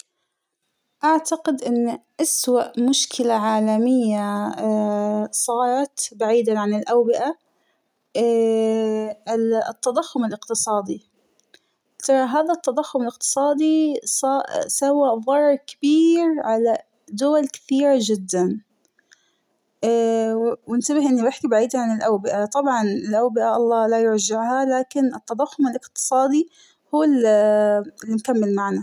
أعتقد أن أسوء مشكلة عالمية صارت بعيداً عن الأوبئة التضخم الإقتصادى ، هذا التضخم الإقتصادى سوا صار ضرر كبير على دول كثيرة جداً، وأنتبه إنى بحكى بعيداً عن الأوبئة ، طبعاً الأوبئة الله لا يرجعها لكن التضخم الإقتصادى هو ال مكمل معنا.